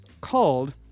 called